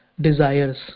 desires